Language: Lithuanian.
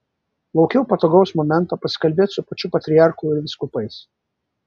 laukiau patogaus momento pasikalbėti su pačiu patriarchu ir vyskupais